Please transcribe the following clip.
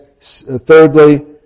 Thirdly